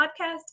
podcast